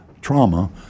trauma